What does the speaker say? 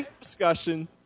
discussion